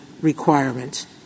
requirement